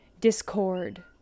discord